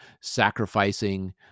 sacrificing